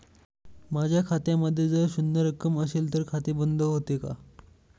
माझ्या खात्यामध्ये जर शून्य रक्कम असेल तर खाते बंद होते का?